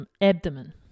abdomen